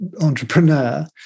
entrepreneur